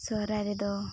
ᱥᱚᱦᱚᱨᱟᱭ ᱨᱮᱫᱚ